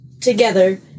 together